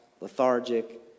lethargic